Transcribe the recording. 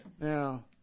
Now